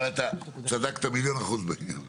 אבל צדקת מיליון אחוז בעניין.